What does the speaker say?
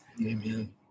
Amen